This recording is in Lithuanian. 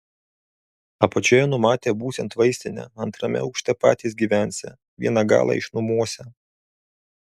apačioje numatė būsiant vaistinę antrame aukšte patys gyvensią vieną galą išnuomosią